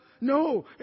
No